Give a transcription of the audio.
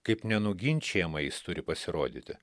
kaip nenuginčijamai jis turi pasirodyti